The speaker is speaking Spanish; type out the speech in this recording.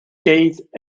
keith